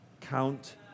count